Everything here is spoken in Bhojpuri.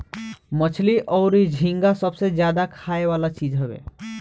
मछली अउरी झींगा सबसे ज्यादा खाए वाला चीज हवे